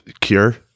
cure